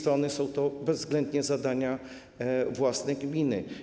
To bezwzględnie zadania własne gminy.